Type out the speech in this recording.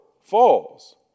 falls